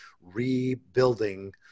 rebuilding